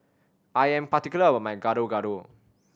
I am particular about my Gado Gado